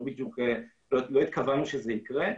ולא התכוונו שהוא יקרה.